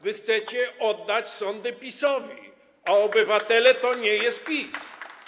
Wy chcecie oddać sądy PiS-owi, a obywatele to nie jest PiS.